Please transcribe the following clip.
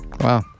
Wow